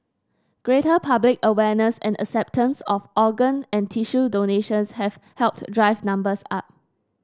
greater public awareness and acceptance of organ and tissue donations have helped drive numbers up